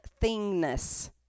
thingness